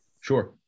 Sure